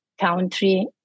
country